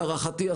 להערכתי,